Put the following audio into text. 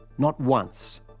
not once.